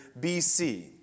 BC